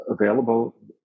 available